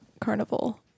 carnival